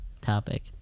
topic